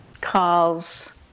calls